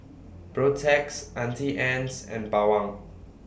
Protex Auntie Anne's and Bawang